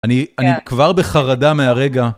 אני כבר בחרדה מהרגע.